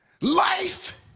Life